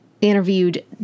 interviewed